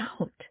out